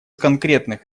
конкретных